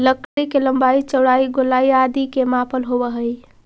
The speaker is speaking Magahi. लकड़ी के लम्बाई, चौड़ाई, गोलाई आदि के मापन होवऽ हइ